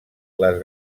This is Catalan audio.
les